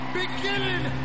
beginning